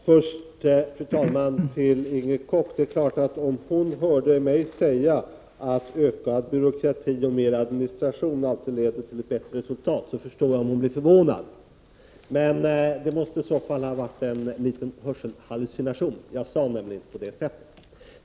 Fru talman! Om Inger Koch hörde mig säga att ökad byråkrati och mer administration alltid leder till ett bättre resultat, förstår jag att hon blev förvånad. Det måste i så fall ha varit en liten hörselhallucination. Jag sade nämligen inte på det sättet.